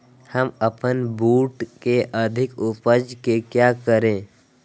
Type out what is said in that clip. हम अपन बूट की अधिक उपज के क्या करे?